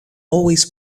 always